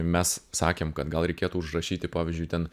mes sakėm kad gal reikėtų užrašyti pavyzdžiui ten